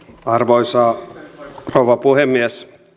arvoisa rouva puhemies